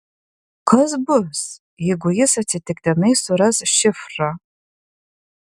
kas bus jeigu jis atsitiktinai suras šifrą